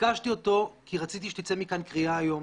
ביקשתי אותו כי רציתי שתצא מכאן קריאה היום,